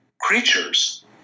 creatures